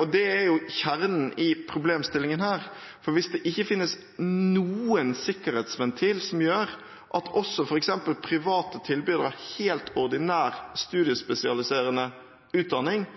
Og det er jo kjernen i problemstillingen her, for hvis det ikke finnes noen sikkerhetsventil som gjør at også f.eks. private tilbydere av helt ordinær studiespesialiserende utdanning